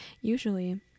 Usually